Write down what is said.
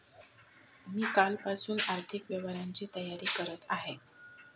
मी कालपासून आर्थिक व्यवहारांची तयारी करत आहे